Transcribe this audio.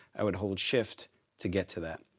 i would hold shift to get to that.